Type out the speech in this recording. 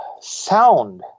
sound